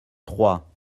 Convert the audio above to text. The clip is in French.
trois